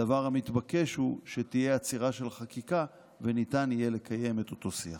הדבר המתבקש הוא שתהיה עצירה של החקיקה וניתן יהיה לקיים את אותו שיח.